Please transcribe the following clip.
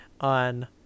on